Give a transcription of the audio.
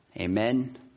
Amen